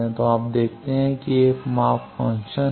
तो आप देखते हैं कि 1 माप फ़ंक्शन हैं